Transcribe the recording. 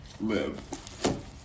Live